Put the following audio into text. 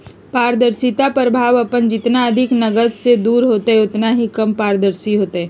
पारदर्शिता प्रभाव अपन जितना अधिक नकद से दूर होतय उतना ही कम पारदर्शी होतय